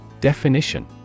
Definition